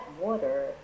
water